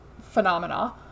phenomena